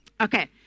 Okay